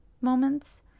moments